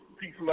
Peace